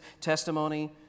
testimony